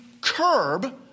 curb